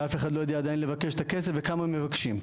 אף אחד לא יודע עדיין לבקש את הכסף וכמה מבקשים.